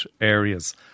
areas